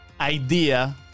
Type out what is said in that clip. idea